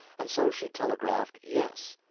and so she telegraphed yes.